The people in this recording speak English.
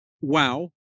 wow